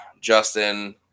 Justin